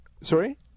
sorry